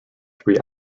three